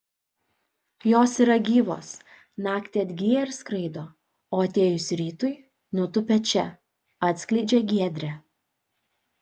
jos yra gyvos naktį atgyja ir skraido o atėjus rytui nutūpia čia atskleidžia giedrė